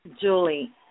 Julie